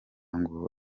ngo